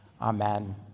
Amen